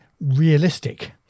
realistic